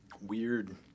weird